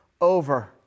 over